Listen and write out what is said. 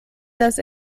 das